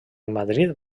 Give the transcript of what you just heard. madrid